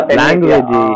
language